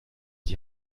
die